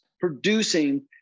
producing